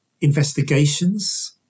Investigations